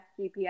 GPS